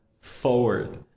Forward